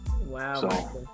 Wow